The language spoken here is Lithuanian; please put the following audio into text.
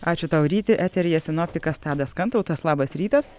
ačiū tau ryti eteryje sinoptikas tadas kantautas labas rytas